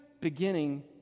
beginning